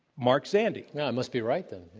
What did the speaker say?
mark zandi. well, i must be right then.